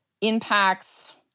impacts